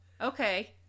Okay